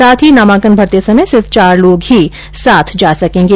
साथ ही नामांकन भरते समय सिर्फ चार लोग ही साथ जा सकेंगे